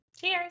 Cheers